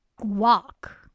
walk